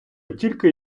тільки